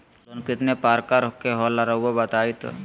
Loan कितने पारकर के होला रऊआ बताई तो?